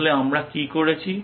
তাহলে আমরা কী করেছি